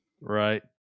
Right